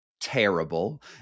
terrible